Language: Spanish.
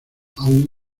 aún